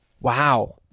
Wow